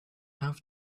have